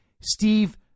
Steve